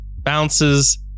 bounces